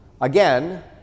again